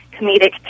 comedic